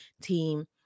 team